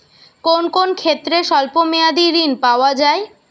কোন কোন ক্ষেত্রে স্বল্প মেয়াদি ঋণ পাওয়া যায়?